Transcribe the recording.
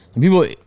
People